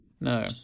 No